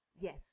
yes